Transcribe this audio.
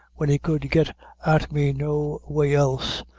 when he could get at me no way else,